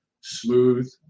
Smooth